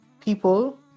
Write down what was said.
people